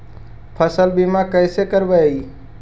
फसल बीमा कैसे करबइ?